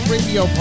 Radio